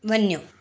वञो